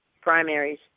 primaries